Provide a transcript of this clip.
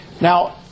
Now